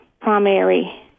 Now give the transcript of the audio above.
primary